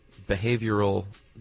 behavioral